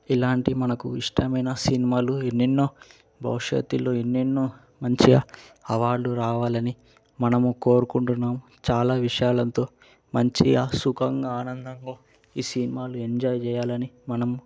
ఇలాంటి మనకు ఇష్టమైన సినిమాలు ఎన్నెన్నో భవిష్యత్తులో ఎన్నెన్నో మంచిగా అవార్డులు రావలని మనము కోరుకుంటున్నాము చాలా విశాలంతో మంచిగా సుఖంగా ఆనందంగా ఈ సినిమాలు ఎంజాయ్ చేయాలని మనం